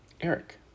Eric